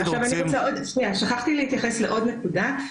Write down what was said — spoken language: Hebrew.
שכחתי להתייחס לעוד נקודה.